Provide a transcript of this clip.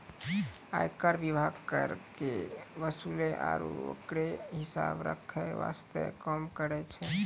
आयकर विभाग कर के वसूले आरू ओकरो हिसाब रख्खै वास्ते काम करै छै